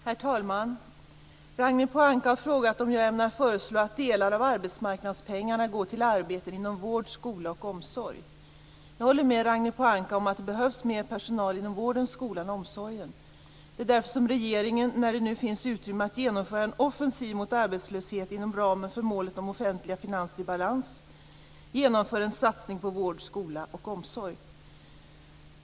Herr talman! Ragnhild Pohanka har frågat om jag ämnar föreslå att delar av arbetsmarknadspengarna går till arbeten inom vård, skola och omsorg. Jag håller med Ragnhild Pohanka om att det behövs mer personal inom vården, skolan och omsorgen. Där är därför som regeringen, när det nu finns utrymme att genomföra en offensiv mot arbetslöshet inom ramen för målet om offentliga finanser i balans, genomför en satsning på vård, skola och omsorg.